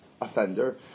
offender